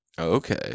okay